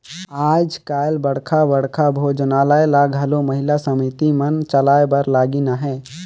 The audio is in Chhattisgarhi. आएज काएल बड़खा बड़खा भोजनालय ल घलो महिला समिति मन चलाए बर लगिन अहें